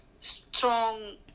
strong